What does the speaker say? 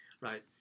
right